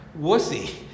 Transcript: wussy